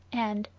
and,